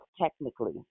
technically